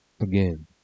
again